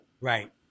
Right